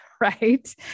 Right